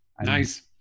Nice